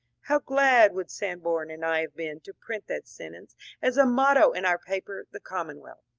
how glad would sanborn and i have been to print that sentence as a motto in our paper, the commonwealth!